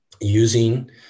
using